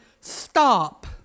stop